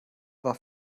war